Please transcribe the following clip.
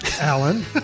Alan